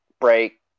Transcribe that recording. break